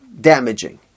damaging